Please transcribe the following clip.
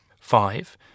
five